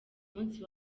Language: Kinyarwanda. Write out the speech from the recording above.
munsi